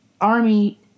Army